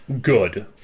Good